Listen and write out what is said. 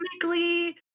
technically